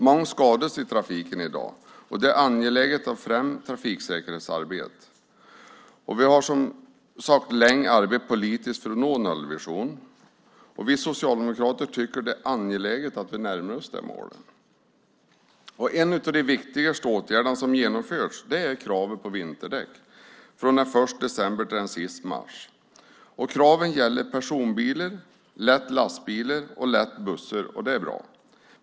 Många skadas i trafiken i dag, och det är angeläget att främja trafiksäkerhetsarbetet. Vi har, som sagt, arbetat länge politiskt för att nå nollvisionen, och vi socialdemokrater tycker att det är angeläget att vi närmar oss det målet. En av de viktigaste åtgärder som har genomförts är kravet på vinterdäck från den 1 december till den 31 mars. Kravet gäller personbilar, lätta lastbilar och lätta bussar, och det är bra.